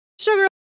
sugar